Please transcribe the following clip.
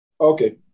Okay